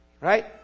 Right